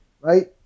Right